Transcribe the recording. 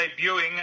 debuting